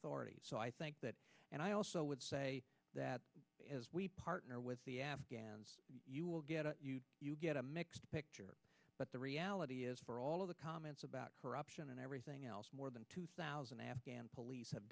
authority so i think that and i also would say that as we partner with the afghans you will get a you get a mixed picture but the reality is for all of the comments about corruption and everything else more than two thousand afghan police have